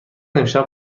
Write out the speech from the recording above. امشب